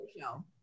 show